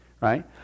right